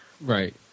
Right